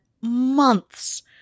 months